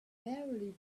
barely